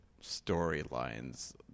storylines